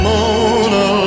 Mona